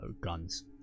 guns